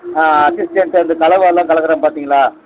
assistant அந்த கலவை எல்லாம் கலக்குறேன் பார்த்திங்களா